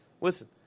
Listen